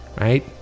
right